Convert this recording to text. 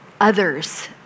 others